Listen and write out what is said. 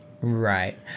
Right